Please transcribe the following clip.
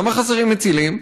למה חסרים מצילים?